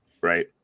right